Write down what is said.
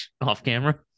off-camera